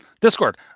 Discord